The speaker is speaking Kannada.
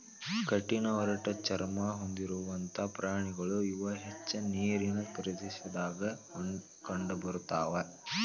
ಕಠಿಣ ಒರಟ ಚರ್ಮಾ ಹೊಂದಿರುವಂತಾ ಪ್ರಾಣಿಗಳು ಇವ ಹೆಚ್ಚ ನೇರಿನ ಪ್ರದೇಶದಾಗ ಕಂಡಬರತಾವ